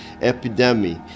epidemic